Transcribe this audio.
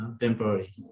temporary